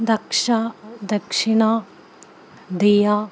ദക്ഷ ദക്ഷിണ ദിയ